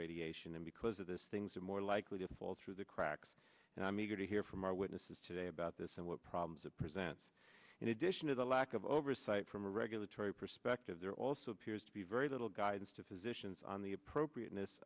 radiation and because of this things are more likely to fall through the cracks and i'm eager to hear from our witnesses today about this and what problems are present in addition to the lack of oversight from a regulatory perspective there also appears to be very little guidance to physicians on the appropriateness